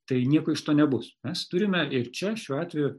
tai nieko iš to nebus mes turime ir čia šiuo atveju